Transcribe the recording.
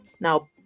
now